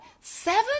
seven